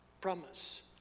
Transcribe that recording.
Promise